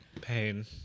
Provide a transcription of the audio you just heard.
Pain